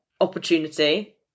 opportunity